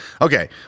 okay